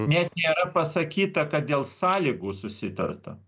net nėra pasakyta kad dėl sąlygų susitarta